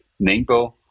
Ningbo